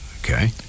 Okay